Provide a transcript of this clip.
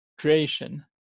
creation